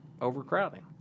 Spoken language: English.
overcrowding